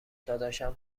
داداشم